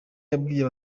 yabwiye